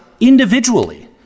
individually